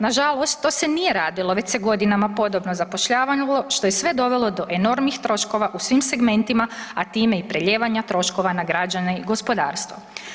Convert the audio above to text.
Nažalost to se nije radilo već se godinama podobno zapošljavalo što je sve dovelo do enormnih troškova u svim segmentima, a time i prelijevanja troškova na građane i gospodarstvo.